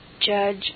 judge